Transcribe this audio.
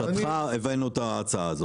לבקשתך, הבאנו את ההצעה הזאת.